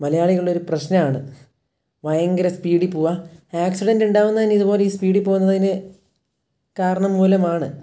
മലയാളികളുടെയൊരു പ്രശ്നമാണ് ഭയങ്കര സ്പീഡിൽ പോവുക ആക്സിഡൻ്റുണ്ടാവുന്നത് തന്നെ ഇതുപോലെ ഈ സ്പീഡിൽ പോകുന്നതുകാരണം മൂലമാണ്